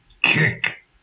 kick